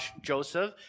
Joseph